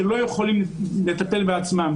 שלא יכולים לטפל בעצמם.